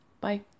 Bye